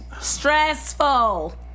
Stressful